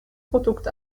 produkt